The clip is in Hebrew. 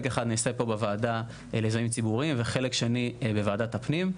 אחד נעשה פה בוועדה למיזמים ציבוריים וחלק שני בוועדת הפנים.